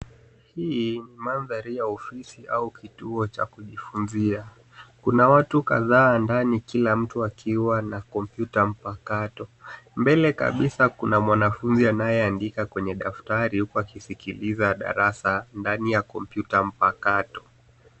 Hii ni mandhari ya ofisi au kituo cha kujifunzia. Kuna watu kadhaa ndani kila mtu akiwa na kompyuta mpakato. Mbele kabisa kuna mwanafunzi anayeandika kwenye daftari huku akisikiliza darasa ndani ya kompyuta mpakato.